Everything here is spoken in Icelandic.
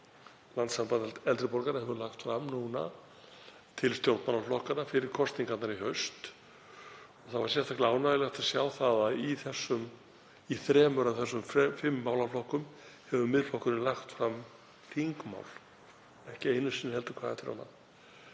Landssamband eldri borgara hefur lagt fram núna til stjórnmálaflokkanna fyrir kosningarnar í haust var sérstaklega ánægjulegt að sjá að í þremur af þessum fimm málaflokkum hefur Miðflokkurinn lagt fram þingmál, ekki einu sinni heldur hvað eftir annað.